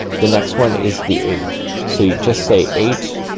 the next one is the eighth. so you just say eight,